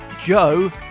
Joe